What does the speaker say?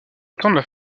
attendre